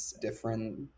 different